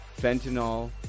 fentanyl